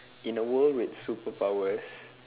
in a world with superpowers